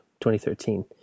2013